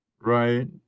right